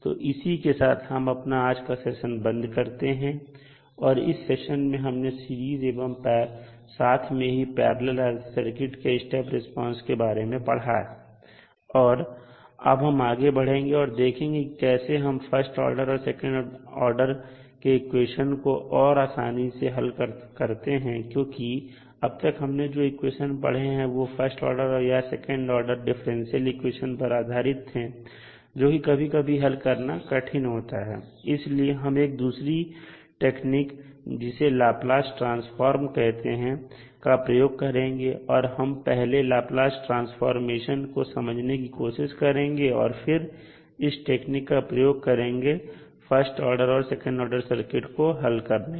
तो इसी के साथ हम अपना आज का सेशन बंद करते हैं और इस सेशन में हमने सीरीज एवं साथ में ही पैरलल RLC सर्किट के स्टेप रिस्पांस के बारे में पढ़ा और अब हम आगे बढ़ेंगे और देखेंगे कि कैसे हम फर्स्ट ऑर्डर और सेकंड ऑर्डर के इक्वेशन को और आसानी से कैसे हल करते हैं क्योंकि अब तक हमने जो इक्वेशन पढ़ें वह फर्स्ट ऑर्डर या सेकंड ऑर्डर डिफरेंशियल इक्वेशन पर आधारित थे जोकि कभी कभी हल करना कठिन होता है इसलिए हम एक दूसरी टेक्निक जिसे लाप्लास ट्रांसफार्म कहते हैं का प्रयोग करेंगे और हम पहले लाप्लास ट्रांसफॉर्मेशन को समझने की कोशिश करेंगे और फिर इस टेक्निक का प्रयोग करेंगे फर्स्ट ऑर्डर और सेकंड ऑर्डर सर्किट को हल करने में